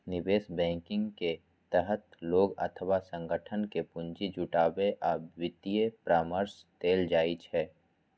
निवेश बैंकिंग के तहत लोग अथवा संगठन कें पूंजी जुटाबै आ वित्तीय परामर्श देल जाइ छै